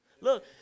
Look